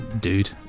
dude